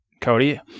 Cody